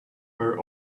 were